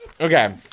Okay